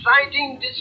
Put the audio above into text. exciting